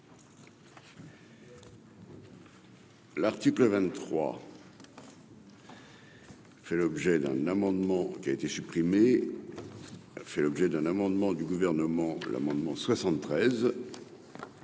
L'article 23. Il fait l'objet d'un amendement qui a été supprimé, elle fait l'objet d'un amendement du gouvernement, l'amendement 73,